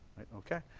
okay.